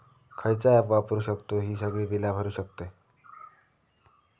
खयचा ऍप वापरू शकतू ही सगळी बीला भरु शकतय?